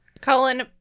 Colin